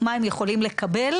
אני אפילו לא צריכה שישלחו לי